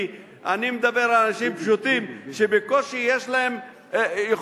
אני מדבר על אנשים פשוטים שבקושי יכולים